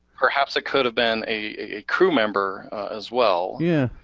perhaps it could have been a crew member as well. yeah.